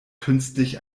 künstlich